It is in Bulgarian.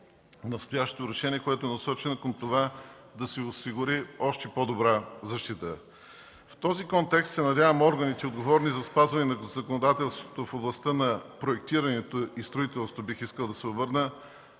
настоящото решение, което е насочено към това да се осигури още по-добра защита. В този контекст се надявам органите, отговорни за спазване на законодателството в областта на проектирането и строителството, бих искал да се обърна,